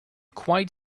quite